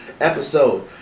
episode